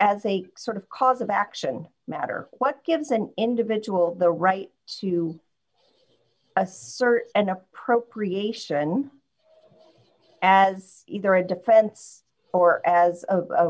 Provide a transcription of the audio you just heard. as a sort of cause of action matter what gives an individual the right to assert an appropriation as either a defense or as a